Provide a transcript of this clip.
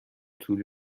طول